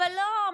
אבל לא,